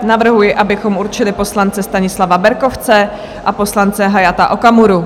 Navrhuji, abychom určili poslance Stanislava Berkovce a poslance Hayata Okamuru.